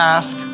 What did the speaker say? ask